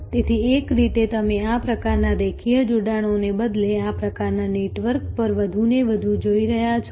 તેથી એક રીતે તમે આ પ્રકારના રેખીય જોડાણોને બદલે આ પ્રકારના નેટવર્ક પર વધુને વધુ જોઈ રહ્યા છો